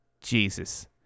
Jesus